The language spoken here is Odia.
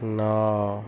ନଅ